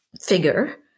figure